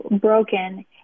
broken